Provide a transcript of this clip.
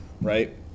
right